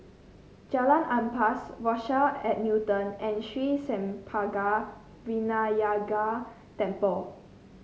Jalan Ampas Rochelle at Newton and Sri Senpaga Vinayagar Temple